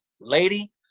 lady